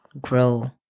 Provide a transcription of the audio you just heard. grow